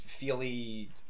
feely